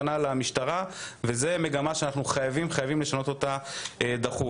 זאת מגמה שאנחנו חייבים לשנות דחוף,